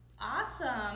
Awesome